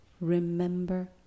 Remember